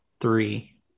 three